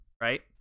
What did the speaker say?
right